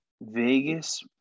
vegas